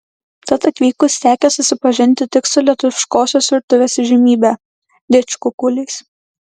tad atvykus tekę susipažinti tik su lietuviškosios virtuvės įžymybe didžkukuliais